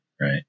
right